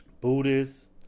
Buddhists